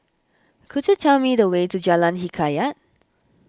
could you tell me the way to Jalan Hikayat